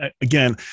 again